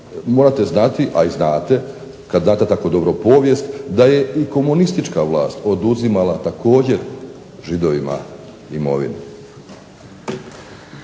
morate znati, a i znate kad znate tako dobro povijest da je i komunistička vlast oduzimala također Židovima imovinu.